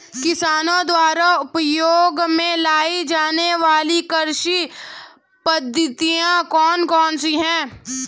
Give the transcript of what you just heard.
किसानों द्वारा उपयोग में लाई जाने वाली कृषि पद्धतियाँ कौन कौन सी हैं?